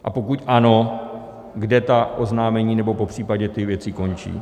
A pokud ano, kde ta oznámení nebo popřípadě ty věci končí?